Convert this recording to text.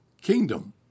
kingdom